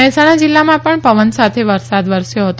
મહેસાણા જિલ્લામાં પણ પવન સાથે વરસાદ વરસ્યો હતો